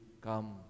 come